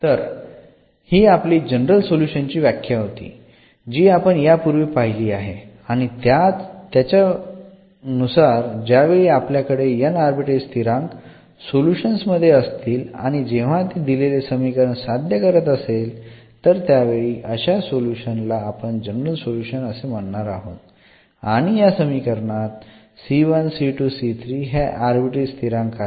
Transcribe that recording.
तर हि आपली जनरल सोल्युशन ची व्याख्या होती जि आपण या पूर्वी पाहिली आहे आणि त्याच्यानुसार ज्यावेळी आपल्याकडे n आर्बिट्ररी स्थिरांक सोल्युशन्स मध्ये असतील आणि जेव्हा ते दिलेले समीकरण साध्य करत असेल तर त्यावेळी अशा सोल्युशन ला आपण जनरल सोल्युशन असे म्हणणार आहोत आणि या समीकरणात हे आर्बिट्ररी स्थिरांक आहेत